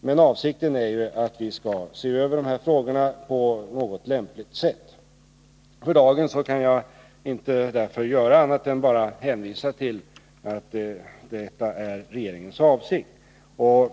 Men avsikten är ju att vi skall se över de här frågorna på något lämpligt sätt. För dagen kan jag därför inte göra annat än att hänvisa till att detta är regeringens avsikt.